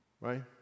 Right